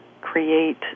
create